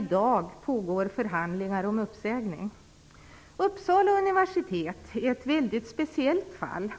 I dag pågår förhandlingar om uppsägning. Uppsala universitet är ett väldigt speciellt fall,